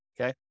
Okay